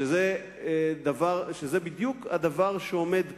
שזה בדיוק הדבר שעומד כאן.